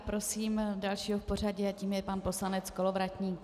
Prosím dalšího v pořadí a tím je pan poslanec Kolovratník.